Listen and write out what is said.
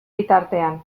bitartean